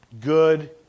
good